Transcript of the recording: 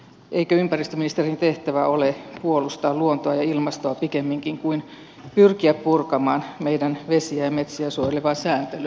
eikö ympäristöministerin tehtävä ole puolustaa luontoa ja ilmastoa pikemminkin kuin pyrkiä purkamaan meidän vesiä ja metsiä suojelevaa sääntelyä